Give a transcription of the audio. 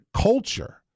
culture